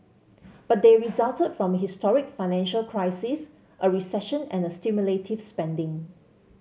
but they resulted from a historic financial crisis a recession and stimulative spending